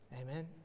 Amen